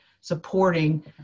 supporting